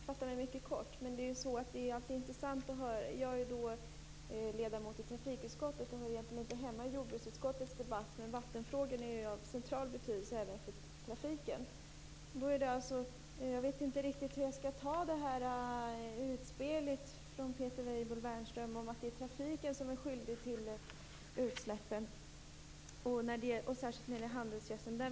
Fru talman! Jag skall fatta mig kort. Jag är ledamot i trafikutskottet och hör egentligen inte hemma i jordbruksutskottets debatt, men vattenfrågorna är av central betydelse även för trafiken. Jag vet inte riktigt hur jag skall ta utspelet från Peter Weibull Bernström om att det är trafiken som är skyldig till utsläppen, särskilt när det gäller handelsgödsel.